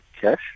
cash